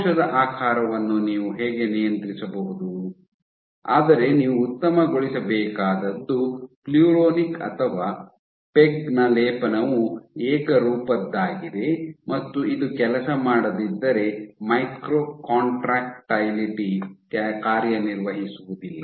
ಕೋಶದ ಆಕಾರವನ್ನು ನೀವು ಹೇಗೆ ನಿಯಂತ್ರಿಸಬಹುದು ಆದರೆ ನೀವು ಉತ್ತಮಗೊಳಿಸಬೇಕಾದದ್ದು ಪ್ಲುರಾನಿಕ್ ಅಥವಾ ಪೆಗ್ ನ ಲೇಪನವು ಏಕರೂಪದ್ದಾಗಿದೆ ಮತ್ತು ಇದು ಕೆಲಸ ಮಾಡದಿದ್ದರೆ ಮೈಕ್ರೋ ಕಾಂಟ್ರಾಕ್ಟಿಲಿಟಿ ಕಾರ್ಯನಿರ್ವಹಿಸುವುದಿಲ್ಲ